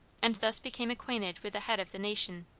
and thus became acquainted with the head of the nation.